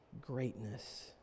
greatness